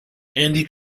andy